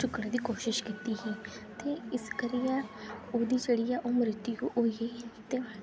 चुक्कने दी कोशिश कीती ही ते इस करियै उंदी जेह्ड़ी ऐ ओह् मृत्यु होई एई ते